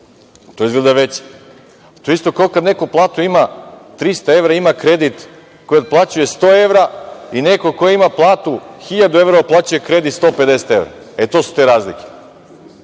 to izgleda veće. To je isto kao kada neko platu ima 300 evra, ima kredit koji otplaćuje, 100 evra, i neko ko ima platu 1.000 evra otplaćuje kredit od 150 evra. E, to su te razlike.